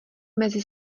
mezi